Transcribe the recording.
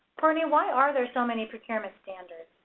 courtney, why are there so many procurement standards?